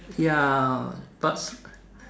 ya but